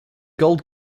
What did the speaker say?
gold